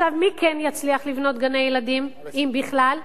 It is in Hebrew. מי כן יצליח לבנות גני-ילדים, אם בכלל?